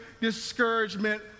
discouragement